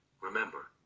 Remember